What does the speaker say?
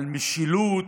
על משילות,